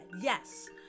Yes